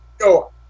yo